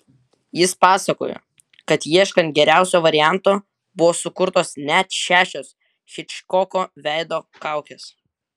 jis pasakojo kad ieškant geriausio varianto buvo sukurtos net šešios hičkoko veido kaukės